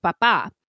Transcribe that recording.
Papa